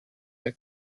der